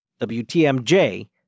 WTMJ